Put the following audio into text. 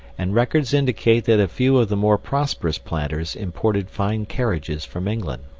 and records indicate that a few of the more prosperous planters imported fine carriages from england.